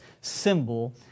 symbol